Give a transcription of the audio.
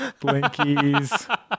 blinkies